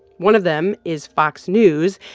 one of them is fox news,